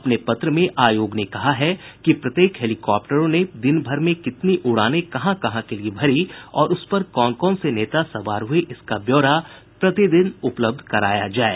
अपने पत्र में आयोग ने कहा है कि प्रत्येक हेलीकॉप्टरों ने दिनभर में कितनी उड़ानें कहां कहां के लिए भरी और उस पर कौन से नेता सवार हुये इसका ब्योरा प्रतिदिन उपलब्ध कराया जाये